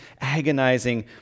agonizing